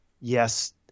Yes